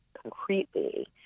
concretely